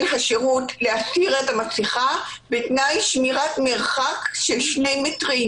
השירות להסיר את המסכה בתנאי שמירת מרחק של 2 מטרים.